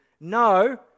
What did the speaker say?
No